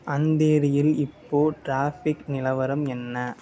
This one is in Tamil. அந்தேரியில் இப்போது டிராஃபிக் நிலவரம் என்ன